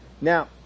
Now